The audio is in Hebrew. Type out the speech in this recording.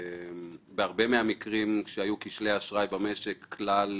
בהרבה מהמקרים שהיו כשלי אשראי במשק כלל